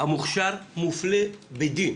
המוכש"ר מופלה בדין.